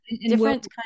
different